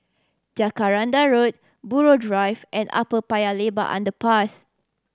Jacaranda Road Buroh Drive and Upper Paya Lebar Underpass